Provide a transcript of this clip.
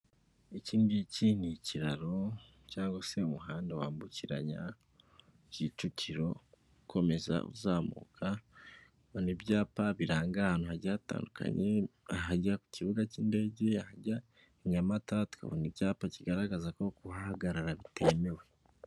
Iki ngiki iki ni ikiraro cyangwa se umuhanda wambukiranya, Kicukiro, ukomeza uzamuka ubona ibyapa biranga ahantu hagiye hatandukanye, ahajya ku kibuga cy'indege, ahajya i Nyamata, tukabona icyapa kigaragaza ko kuhahagarara bitemewe.